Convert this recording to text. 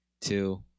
two